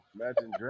Imagine